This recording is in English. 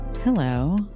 Hello